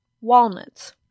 Walnuts